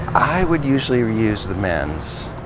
i would usually use the men's.